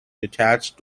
detached